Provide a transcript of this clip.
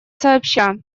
сообща